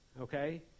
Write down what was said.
okay